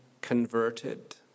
converted